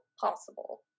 possible